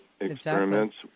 experiments